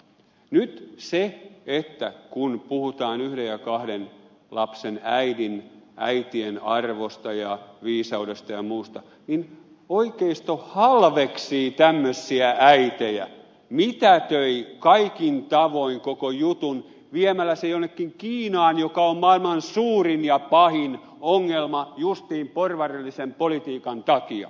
nyt se että kun puhutaan yhden ja kahden lapsen äitien arvosta ja viisaudesta ja muusta niin oikeisto halveksii tämmöisiä äitejä mitätöi kaikin tavoin koko jutun viemällä sen jonnekin kiinaan joka on maailman suurin ja pahin ongelma justiin porvarillisen politiikan takia